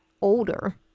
older